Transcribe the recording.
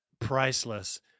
priceless